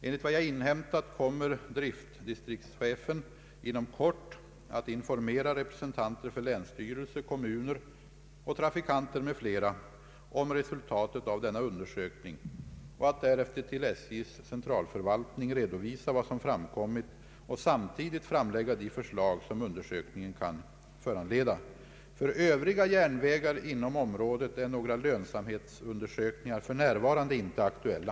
Enligt vad jag inhämtat kommer driftdistriktschefen inom kort att informera representanter för länsstyrelse, kommuner och trafi kanter m.fl. om resultatet av denna undersökning, och att därefter till SJ:s centralförvaltning redovisa vad som framkommit och samtidigt framlägga de förslag som undersökningen kan föranleda. För övriga järnvägar inom området är några lönsamhetsundersökningar f.n. inte aktuella.